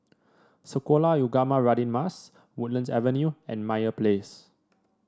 Sekolah Ugama Radin Mas Woodlands Avenue and Meyer Place